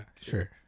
sure